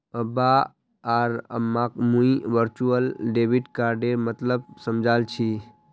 अब्बा आर अम्माक मुई वर्चुअल डेबिट कार्डेर मतलब समझाल छि